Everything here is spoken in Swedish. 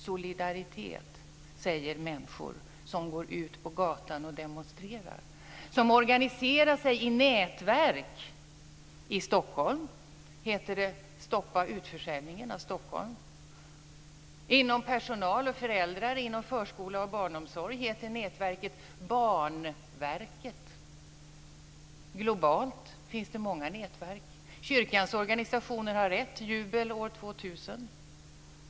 "Solidaritet" säger människor som går ut på gatan och demonstrerar och som organiserar sig i nätverk. I Stockholm heter det Stoppa utförsäljningen av Stockholm. Bland personal och föräldrar inom förskola och barnomsorg heter nätverket Barnverket. Globalt finns det många nätverk. Kyrkans organisationer har ett: Jubel 2000.